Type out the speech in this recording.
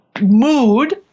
mood